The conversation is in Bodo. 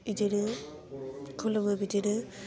इदिनो खुलुमो बिदिनो